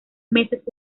meses